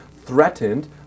threatened